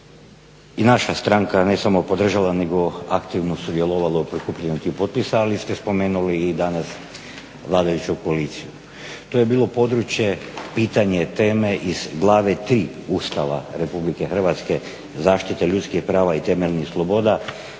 i naša stranka ne samo podržala nego aktivno sudjelovala u prikupljanju tih potpisa, ali ste spomenuli i danas vladajuću koaliciju. To je bilo područje pitanje teme iz Glave III. Ustava Republike Hrvatske – Zaštita ljudskih prava i temeljnih sloboda